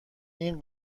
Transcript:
این